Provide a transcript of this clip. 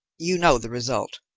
you know the result.